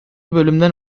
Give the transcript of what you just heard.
bölümden